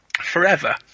forever